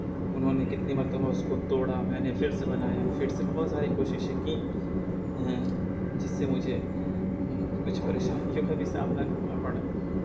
اُنہوں نے کتنی مرتبہ اُس کو توڑا میں نے پھر سے بنایا پھر سے بہت ساری کوششیں کیں جس سے مجھے کچھ پریشانیوں کا بھی سامنا کرنا پڑا